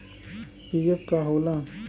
PF का होला?